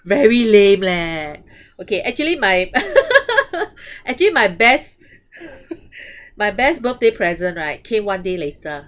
very lame leh okay actually my actually my best my best birthday present right came one day later